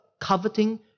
coveting